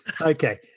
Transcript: Okay